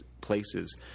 places